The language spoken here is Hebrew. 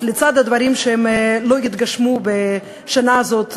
אז לצד הדברים שלא יתגשמו בשנה הזאת,